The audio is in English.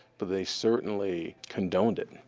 but they certainly condoned it.